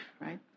right